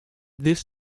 this